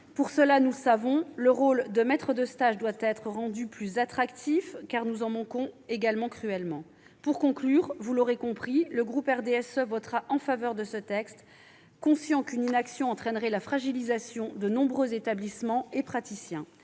Pour cela, nous le savons, le rôle de maître de stage doit être rendu plus attractif, car nous manquons aussi cruellement de volontaires. Pour conclure, vous l'aurez compris, le groupe du RDSE votera en faveur de ce texte, conscient qu'une inaction entraînerait la fragilisation de la situation de nombreux établissements et praticiens.